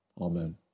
Amen